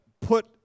put